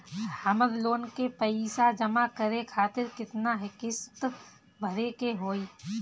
हमर लोन के पइसा जमा करे खातिर केतना किस्त भरे के होई?